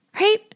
right